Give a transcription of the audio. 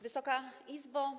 Wysoka Izbo!